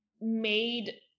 made